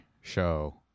show